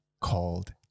called